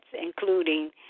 including